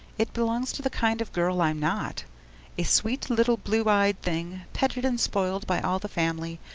it belongs to the kind of girl i'm not a sweet little blue-eyed thing, petted and spoiled by all the family,